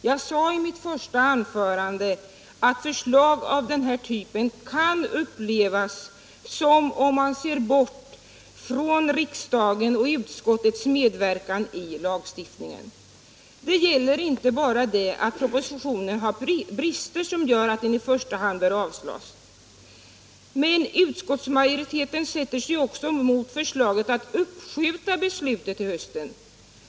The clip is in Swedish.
Jag sade i mitt första anförande att förslag av denna typ kan upplevas som om man ser bort från riksdagens och utskottets medverkan i lagstiftningen. Det gäller inte bara det att propositionen har brister som gör att den bör avslås, utskottsmajoriteten sätter sig också mot förslaget att uppskjuta beslutet till hösten.